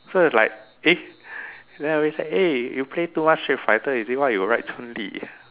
so it's like eh then I way say eh you play too much street fighter is it why you write Chun Lee